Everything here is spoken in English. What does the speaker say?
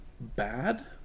bad